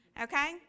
Okay